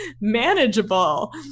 manageable